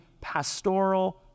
pastoral